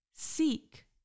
Seek